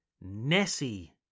Nessie